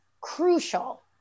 crucial